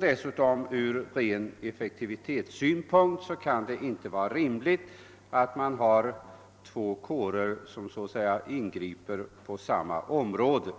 Dessutom kan det ur ren effektivitetssynpunkt inte vara rimligt att man har två kårer som så att säga ingriper på samma område.